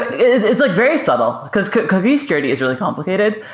it's like very subtle, because cookie security is really complicated.